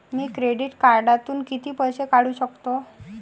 मी credit कार्डातून किती पैसे काढू शकतो?